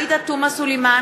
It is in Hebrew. עאידה תומא סלימאן,